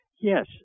Yes